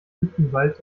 mittenwald